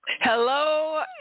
Hello